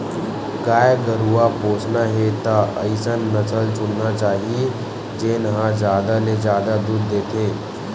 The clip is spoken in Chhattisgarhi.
गाय गरूवा पोसना हे त अइसन नसल चुनना चाही जेन ह जादा ले जादा दूद देथे